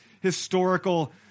historical